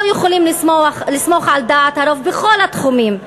יכולים לסמוך על דעת הרוב בכל התחומים,